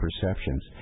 perceptions